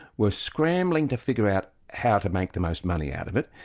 were scrambling to figure out how to make the most money out of it,